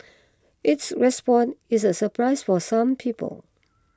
its response is a surprise for some people